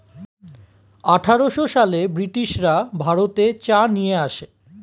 আঠারোশো সালে ব্রিটিশরা ভারতে চা নিয়ে আসে